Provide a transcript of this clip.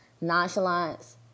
nonchalance